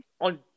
on